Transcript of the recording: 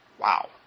wow